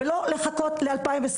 ולא לחכות ל-2023.